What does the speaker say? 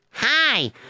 Hi